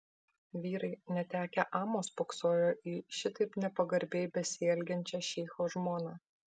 vyrai netekę amo spoksojo į šitaip nepagarbiai besielgiančią šeicho žmoną